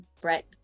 Brett